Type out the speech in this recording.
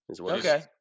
Okay